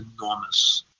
enormous